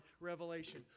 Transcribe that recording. revelation